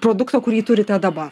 produkto kurį turite dabar